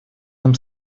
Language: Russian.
нам